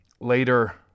later